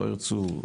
לא ירצו,